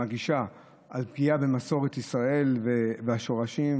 מגישה על פגיעה במסורת ישראל והשורשים.